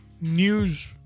news